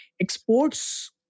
exports